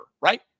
right